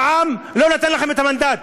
העם לא נתן לכם את המנדט